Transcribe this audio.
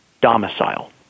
domicile